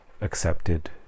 accepted